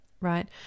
right